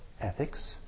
ethics